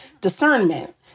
discernment